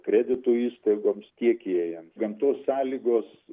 kredito įstaigoms tiekėjam gamtos sąlygos